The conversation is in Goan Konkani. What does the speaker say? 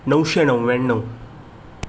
णवशें णव्याण्णव